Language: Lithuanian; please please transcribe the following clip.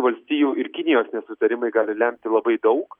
valstijų ir kinijos nesutarimai gali lemti labai daug